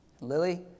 Lily